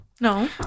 no